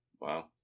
Wow